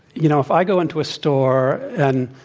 you know, if i go into a store and,